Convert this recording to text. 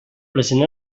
present